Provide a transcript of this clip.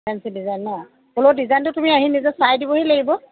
fancy design ন' হ'লেও ডিজাইনটো তুমি আহি নিজে চাই দিবহি লাগিব